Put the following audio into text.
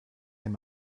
him